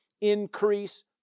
increase